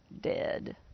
dead